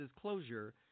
closure